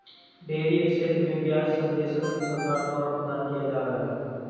dairy क्षेत्र में ब्याज सब्वेंशन सरकार द्वारा प्रदान किया जा रहा है